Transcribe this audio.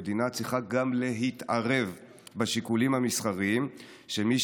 המדינה צריכה להתערב בשיקולים המסחריים של מי